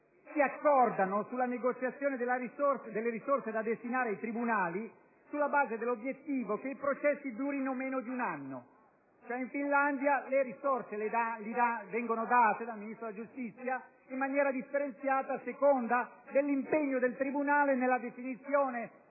si accordano sulla negoziazione delle risorse da destinare ai tribunali sulla base dell'obbiettivo che i processi durino meno di un anno. In Finlandia le risorse vengono date dal Ministro della giustizia in maniera differenziata, a seconda dell'impegno del tribunale nella definizione